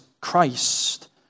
Christ